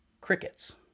Crickets